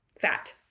fat